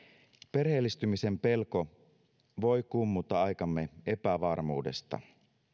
perheellistymisen pelko voi kummuta aikamme epävarmuudesta